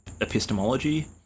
epistemology